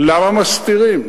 למה מסתירים?